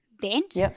bent